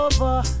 Over